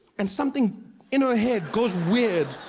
and something in her head goes weird.